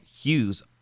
Hughes